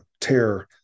tear